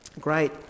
great